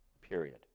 Period